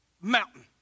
mountain